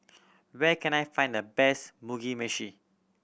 where can I find the best Mugi Meshi